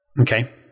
Okay